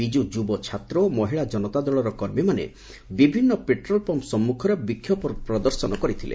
ବିଜୁ ଯୁବଛାତ୍ର ଓ ମହିଳା ଜନତା ଦଳର କର୍ମୀମାନେ ବିଭିନ୍ନ ପେଟ୍ରୋଲ୍ ପମ୍ମ ସମ୍ମୁଖରେ ବିକ୍ଷୋଭ ପ୍ରଦର୍ଶନ କରିଥିଲେ